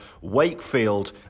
Wakefield